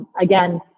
Again